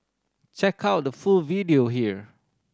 check out the full video here